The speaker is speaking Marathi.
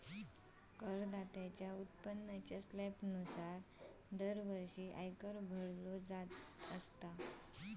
करदात्याच्या उत्पन्नाच्या स्लॅबनुसार दरवर्षी आयकर भरलो जाता